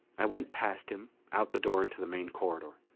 i went past him, out the door into the main corridor.